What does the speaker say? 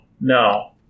no